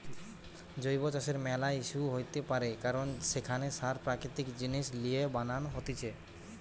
জৈব চাষের ম্যালা ইস্যু হইতে পারে কারণ সেখানে সার প্রাকৃতিক জিনিস লিয়ে বানান হতিছে